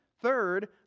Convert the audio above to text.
third